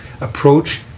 approach